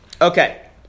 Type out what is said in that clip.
Okay